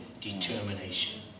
determination